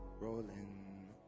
rolling